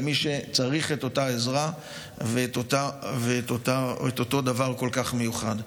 למי שצריך את אותה עזרה ואת אותו דבר שהוא כל כך מיוחד.